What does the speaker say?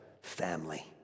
family